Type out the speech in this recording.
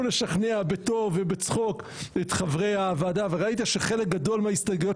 לשכנע בטוב ובצחוק את חברי הוועדה וראית שחלק גדול מההסתייגויות